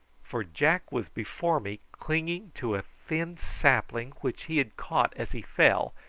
for jack was before me clinging to a thin sapling which he had caught as he fell,